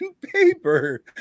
paper